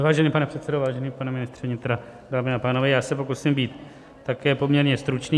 Vážený pane předsedo, vážený pane ministře vnitra, dámy a pánové, já se pokusím být také poměrně stručný.